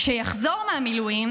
כשיחזור מהמילואים,